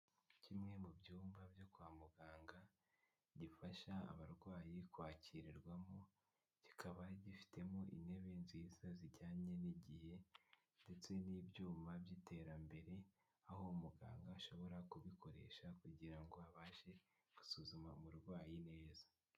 Kimwe mu byumba byo kwa muganga gifasha abarwayi kwakirwamo kikaba gifitemo intebe nziza zijyanye n'igihe ndetse n'ibyuma by'iterambere aho muganga ashobora kubikoresha kugira ngo abashe gusuzuma umurwayi neza.